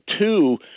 two